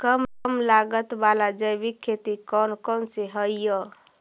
कम लागत वाला जैविक खेती कौन कौन से हईय्य?